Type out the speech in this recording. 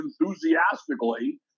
enthusiastically